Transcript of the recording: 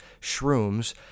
shrooms